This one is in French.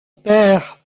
père